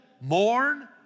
mourn